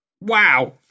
Wow